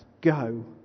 Go